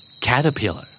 Caterpillar